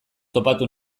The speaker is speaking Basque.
topatu